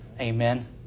Amen